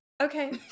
okay